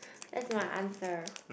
that's my answer